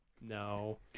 No